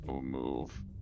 move